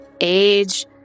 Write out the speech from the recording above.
age